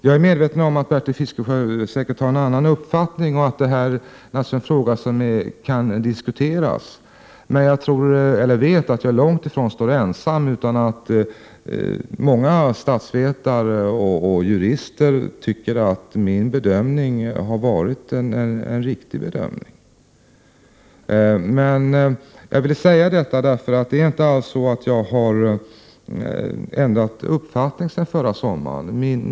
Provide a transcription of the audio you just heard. Jag är medveten om att Bertil Fiskesjö säkert har en annan uppfattning och att detta är en fråga som kan diskuteras. Men jag vet att jag långt ifrån står ensam, utan många statsvetare och jurister tycker att min bedömning har varit en riktig bedömning. Jag vill säga detta därför att jag inte alls har ändrat uppfattning sedan förra sommaren.